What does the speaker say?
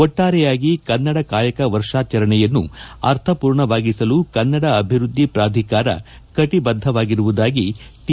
ಒಟ್ಟಾರೆಯಾಗಿ ಕನ್ನಡ ಕಾಯಕ ವರ್ಷಾಚರಣೆಯನ್ನು ಅರ್ಥಪೂರ್ಣವಾಗಿಸಲು ಕನ್ನಡ ಅಭಿವೃದ್ಧಿ ಪ್ರಾಧಿಕಾರ ಕಟಬಿದ್ಧವಾಗಿರುವುದಾಗಿ ಟಿ